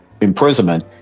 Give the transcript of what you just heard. imprisonment